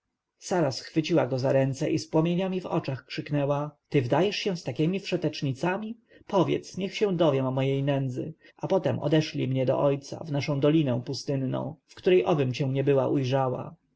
sara schwyciła go za ręce i z płomieniami w oczach krzyknęła ty wdajesz się z takiemi wszetecznicami powiedz niech się dowiem o mojej nędzy a potem odeszlij mnie do ojca w naszą dolinę pustynną w której obym cię nie była ujrzała